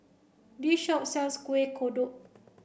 this shop sells Kueh Kodok